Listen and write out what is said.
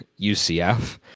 UCF